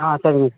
ஆ சரிங்க சார்